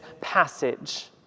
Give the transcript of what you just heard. passage